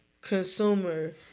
consumer